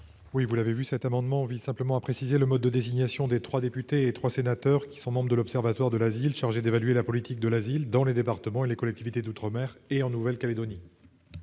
Éric Kerrouche. Cet amendement vise à préciser le mode de désignation des trois députés et des trois sénateurs membres de l'Observatoire de l'asile, chargé d'évaluer la politique de l'asile dans les départements et les collectivités d'outre-mer et en Nouvelle-Calédonie.